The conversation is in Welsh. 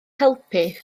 helpu